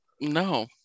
no